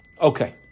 Okay